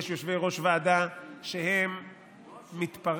יש יושבי-ראש ועדה שהם מתפרעים,